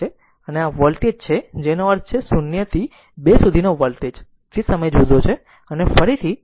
તેથી આ વોલ્ટેજ છે જેનો અર્થ છે 0 થી 2 સુધીનો વોલ્ટેજ તે સમય જુદો છે